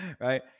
right